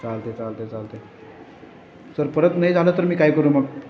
चालतं आहे चालतं आहे चालतं आहे सर परत नाही झालं तर मी काय करू मग